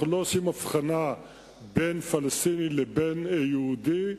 אנחנו לא עושים הבחנה בין פלסטיני לבין יהודי.